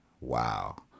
wow